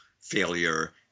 failure